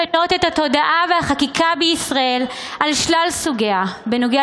ובתעוזה אמשיך לשנות את התודעה והחקיקה בישראל על שלל סוגיה בנוגע